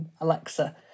Alexa